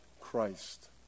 Christ